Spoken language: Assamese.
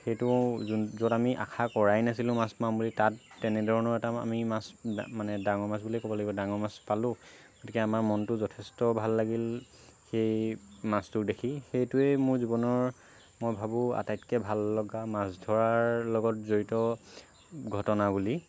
সেইটো যোন য'ত আমি আশা কৰাই নাছিলো মাছ পাম বুলি তাত তেনেধৰণৰ এটা আমি মাছ মানে ডাঙৰ মাছ বুলিয়ে ক'ব লাগিব ডাঙৰ মাছ পালো গতিকে আমাৰ মনটো যথেষ্ট ভাল লাগিল সেই মাছটো দেখি সেইটোৱে মোৰ জীৱনৰ মই ভাবো আটাইতকে ভাল লগা মাছ ধৰাৰ লগত জড়িত ঘটনাৱলী